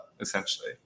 essentially